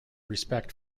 respect